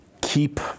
keep